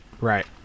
Right